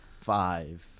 five